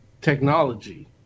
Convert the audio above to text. technology